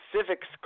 civics